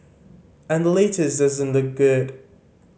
and the latest doesn't look good